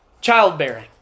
childbearing